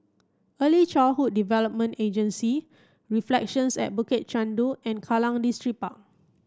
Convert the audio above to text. Early Childhood Development Agency Reflections at Bukit Chandu and Kallang Distripark